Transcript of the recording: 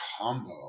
combo